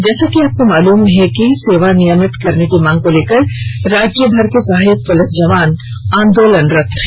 जैसा कि आपको मालूम हो अपनी सेवा नियमित करने की मांग को लेकर राज्यभर के सहायक पुलिस जवान आंदोलनरत हैं